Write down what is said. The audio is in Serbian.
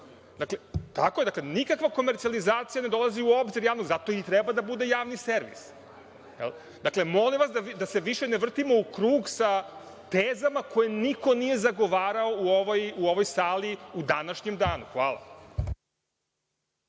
Dakle, nikakva komercijalizacija ne dolazi u obzir. Zato i treba da bude javni servis. Dakle, molim vas da se više ne vrtimo u krug sa tezama koje niko nije zagovarao u ovoj sali u današnjem danu. Hvala.